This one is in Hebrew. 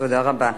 תודה רבה.